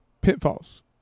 Pitfalls